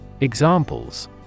Examples